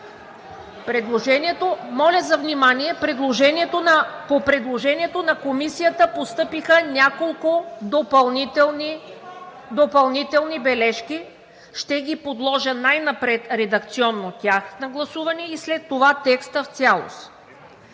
По предложението на Комисията постъпиха няколко допълнителни бележки. Най-напред ще подложа редакционно тях на гласуване и след това текстът в цялост.